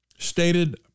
stated